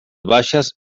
baixes